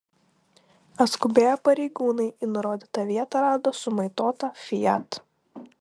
atskubėję pareigūnai į nurodytą vietą rado sumaitotą fiat